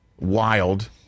wild